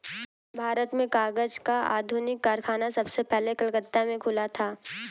भारत में कागज का आधुनिक कारखाना सबसे पहले कलकत्ता में खुला था